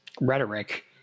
rhetoric